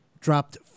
dropped